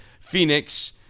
Phoenix